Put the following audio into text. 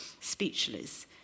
speechless